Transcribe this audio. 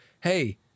hey